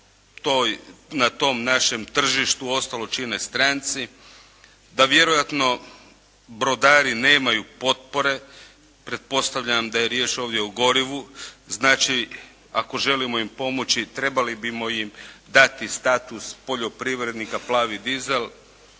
na tom našem tržištu, ostalo čine stranci. Da vjerojatno brodari nemaju potpore, pretpostavljam da je riječ ovdje o gorivu, znači ako želimo im pomoći trebali bi im dati status poljoprivrednika plavi dizel.